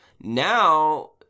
now